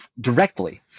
directly